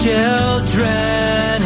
Children